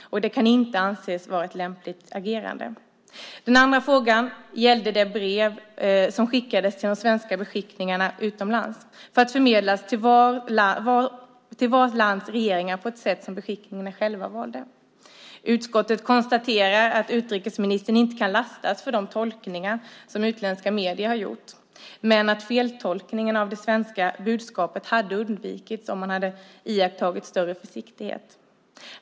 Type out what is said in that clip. Det kan inte anses vara ett lämpligt agerande. Den andra frågan gällde det brev som skickades till de svenska beskickningarna utomlands för att förmedlas till varje lands regeringar på ett sätt som beskickningarna själva valde. Utskottet konstaterar att utrikesministern inte kan lastas för de tolkningar som utländska medier har gjort men att feltolkningar av det svenska budskapet hade undvikits om man iakttagit större försiktighet.